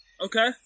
Okay